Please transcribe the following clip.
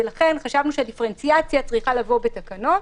לכן חשבנו שדיפרנציאציה צריכה לבוא בתקנות.